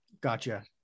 Gotcha